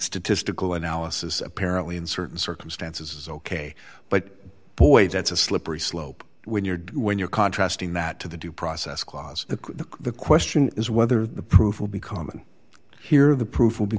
statistical analysis apparently in certain circumstances is ok but boy that's a slippery slope when you're when you're contrast in that to the due process clause the the question is whether the proof will be common here the proof will be